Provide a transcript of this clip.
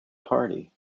party